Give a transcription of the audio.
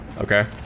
Okay